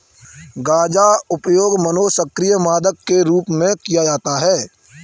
गांजा उपयोग मनोसक्रिय मादक के रूप में किया जाता है